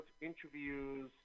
interviews